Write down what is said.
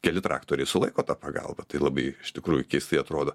keli traktoriai sulaiko tą pagalbą tai labai iš tikrųjų keistai atrodo